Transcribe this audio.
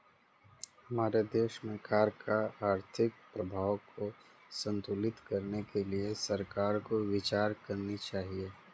हमारे देश में कर का आर्थिक प्रभाव को संतुलित करने के लिए सरकार को विचार करनी चाहिए